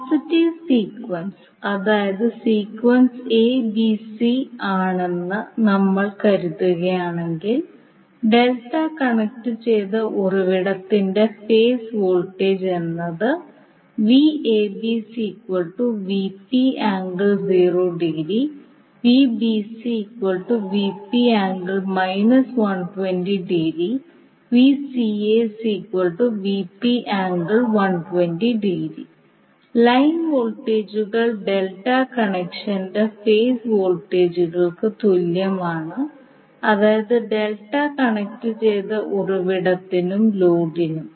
positive sequence അതായത് sequence abc ആണെന്ന് നമ്മൾ കരുതുകയാണെങ്കിൽ ഡെൽറ്റ കണക്റ്റുചെയ്ത ഉറവിടത്തിന്റെ ഫേസ് വോൾട്ടേജ് എന്നത് ലൈൻ വോൾട്ടേജുകൾ ഡെൽറ്റ കണക്ഷന്റെ ഫേസ് വോൾട്ടേജുകൾക്ക് തുല്യമാണ് അതായത് ഡെൽറ്റ കണക്റ്റുചെയ്ത ഉറവിടത്തിനും ലോഡിനും